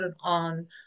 on